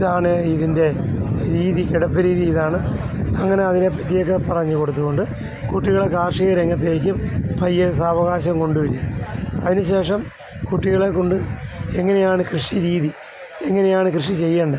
ഇതാണ് ഇതിൻ്റെ രീതി കിടപ്പ് രീതി ഇതാണ് അങ്ങനെ അതിനെ പറ്റിയെക്കെ പറഞ്ഞു കൊടുത്തുകൊണ്ട് കുട്ടികളെ കാർഷിക രംഗത്തേയ്ക്കും പയ്യെ സാവകാശം കൊണ്ടുവരിക അതിനുശേഷം കുട്ടികളെ കൊണ്ട് എങ്ങനെയാണ് കൃഷിരീതി എങ്ങനെയാണ് കൃഷി ചെയ്യേണ്ടത്